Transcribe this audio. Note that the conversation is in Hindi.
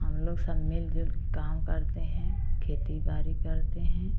हम लोग सब मिलजुल के काम करते हैं खेती बाड़ी करते हें